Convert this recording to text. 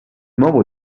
membre